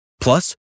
Plus